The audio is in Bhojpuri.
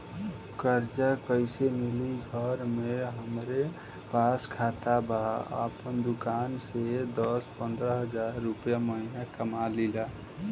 कर्जा कैसे मिली घर में हमरे पास खाता बा आपन दुकानसे दस पंद्रह हज़ार रुपया महीना कमा लीला?